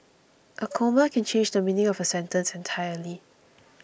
a comma can change the meaning of a sentence entirely